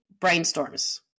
brainstorms